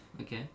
Okay